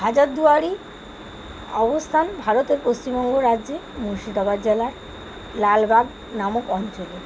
হাজারদুয়ারির অবস্থান ভারতের পশ্চিমবঙ্গ রাজ্যে মুর্শিদাবাদ জেলার লালবাগ নামক অঞ্চলে